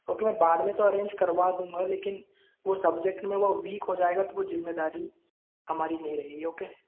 okay मैं बाद में तो अरेंज करवा दूंगा लेकिन वो सब्जेक्ट में विक हो जाएगा तो वो जिम्मेदारी हमारी नहीं रहेगी ओके